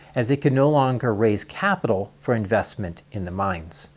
as they could no longer raise capital for investment in the mines.